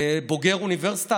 בוגר אוניברסיטה,